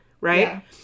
right